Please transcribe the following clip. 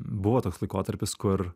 buvo toks laikotarpis kur